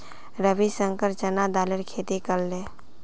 रविशंकर चना दालेर खेती करले